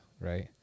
right